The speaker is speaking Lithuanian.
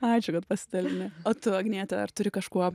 ačiū kad pasidalinai o tu agniete ar turi kažkuo